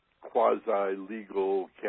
quasi-legal